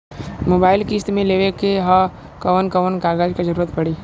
Mobile किस्त मे लेवे के ह कवन कवन कागज क जरुरत पड़ी?